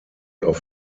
auf